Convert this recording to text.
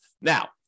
Now